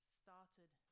started